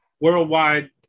worldwide